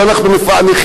שם כל הזמן.